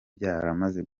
byaramaze